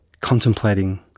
Contemplating